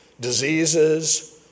diseases